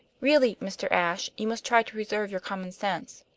really, mr. ashe, you must try to preserve your common sense!